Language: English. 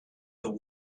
the